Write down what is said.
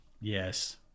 yes